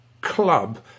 club